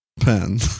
pen